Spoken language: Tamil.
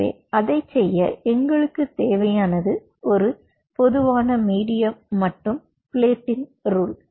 எனவே அதைச் செய்ய எங்களுக்குத் தேவையானது ஒரு பொதுவான மீடியம் மற்றும் பிளேட்டிங் ரூல்